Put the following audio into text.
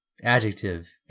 adjective